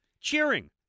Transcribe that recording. cheering